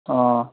ꯑꯥ